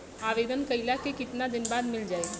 आवेदन कइला के कितना दिन बाद मिल जाई?